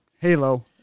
Halo